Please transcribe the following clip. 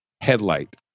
headlight